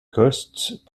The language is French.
costes